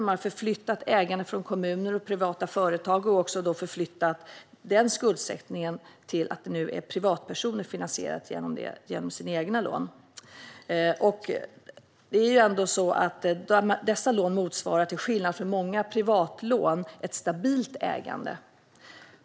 Man har förflyttat ägandet från kommuner och privata företag, och skuldsättning för det har förflyttats så att privatpersoner finansierar det hela genom egna lån. Dessa lån motsvarar, till skillnad från många privatlån, ett stabilt ägande.